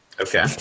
Okay